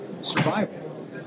survival